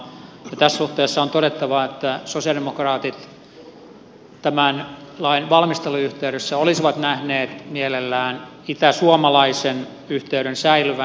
tässä suhteessa on todettava että sosialidemokraatit tämän lain valmistelun yhteydessä olisivat nähneet mielellään itäsuomalaisen yhteyden säilyvän